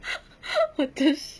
what the shit